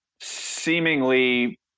seemingly –